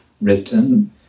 written